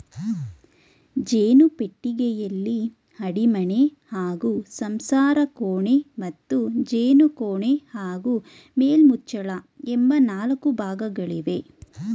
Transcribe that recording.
ಜೇನು ಪೆಟ್ಟಿಗೆಯಲ್ಲಿ ಅಡಿಮಣೆ ಹಾಗೂ ಸಂಸಾರಕೋಣೆ ಮತ್ತು ಜೇನುಕೋಣೆ ಹಾಗೂ ಮೇಲ್ಮುಚ್ಚಳ ಎಂಬ ನಾಲ್ಕು ಭಾಗಗಳಿವೆ